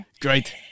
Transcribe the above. Great